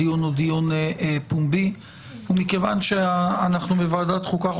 הדיון הוא דיון פומבי ומכיוון שאנחנו בוועדת חוקה,